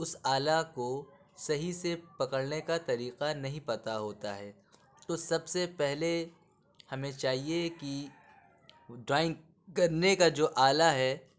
اُس آلہ کو صحیح سے پکڑنے کا طریقہ نہیں پتہ ہوتا ہے تو سب سے پہلے ہمیں چاہیے کہ ڈرائنگ کرنے کا جو آلہ ہے